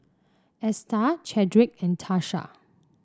Esta Chadrick and Tasha